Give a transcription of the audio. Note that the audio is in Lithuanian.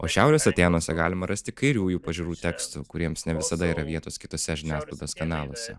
o šiaurės atėnuose galima rasti kairiųjų pažiūrų tekstų kuriems ne visada yra vietos kituose žiniasklaidos kanaluose